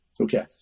Okay